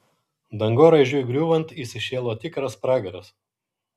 dangoraižiui griūvant įsišėlo tikras pragaras